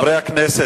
חברי הכנסת,